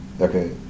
Okay